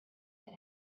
that